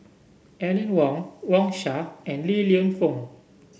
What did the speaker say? Aline Wong Wang Sha and Li Lienfung